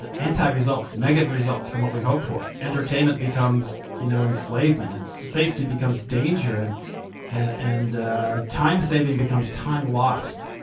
ah anti-results, negative results from what we hope for. entertainment becomes, you know, enslavement, and safety becomes danger, and and time-saving becomes time lost.